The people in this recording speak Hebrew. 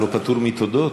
אתה לא פטור מתודות.